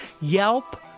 Yelp